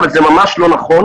אבל זה ממש לא נכון.